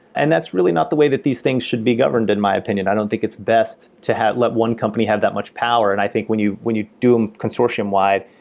and that's really not the way that these things should be governed in my opinion. i don't think it's best to let one company have that much power. and i think when you when you do them consortium-wide,